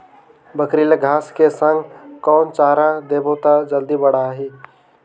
बकरी ल घांस के संग कौन चारा देबो त जल्दी बढाही?